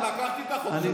אבל לקחתי את החוק שלך.